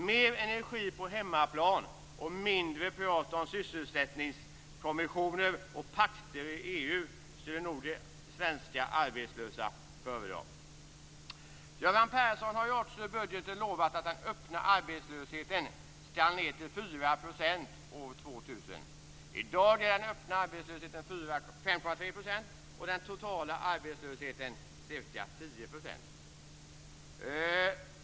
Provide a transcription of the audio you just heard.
Mer energi på hemmaplan och mindre prat om sysselsättningskommissioner och pakter i EU skulle nog de svenska arbetslösa föredra. Göran Persson har också i budgeten lovat att den öppna arbetslösheten skall ned till 4 % år 2000. I dag är den öppna arbetslösheten 5,3 % och den totala arbetslösheten ca 10 %.